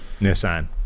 nissan